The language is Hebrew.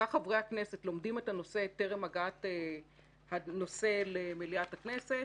כך חברי הכנסת לומדים את הנושא טרם הגעת הנושא למליאת הכנסת,